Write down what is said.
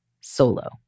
solo